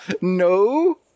No